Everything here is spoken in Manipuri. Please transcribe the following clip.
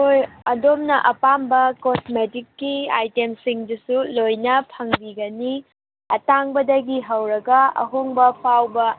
ꯍꯣꯏ ꯑꯗꯣꯝꯅ ꯑꯄꯥꯝꯕ ꯀꯣꯁꯃꯦꯇꯤꯛꯀꯤ ꯑꯥꯏꯇꯦꯝꯁꯤꯡꯗꯨꯁꯨ ꯂꯣꯏꯅ ꯐꯪꯕꯤꯒꯅꯤ ꯑꯇꯥꯡꯕꯗꯒꯤ ꯍꯧꯔꯒ ꯑꯍꯣꯡꯕꯐꯥꯎꯕ